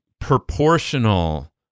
proportional